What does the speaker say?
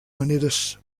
maneres